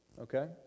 okay